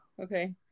Okay